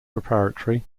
preparatory